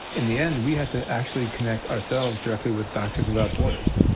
in the end, we had to actually connect ourselves directly with doctors without borders,